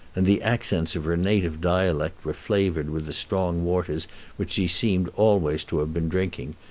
and the accents of her native dialect were flavored with the strong waters which she seemed always to have been drinking,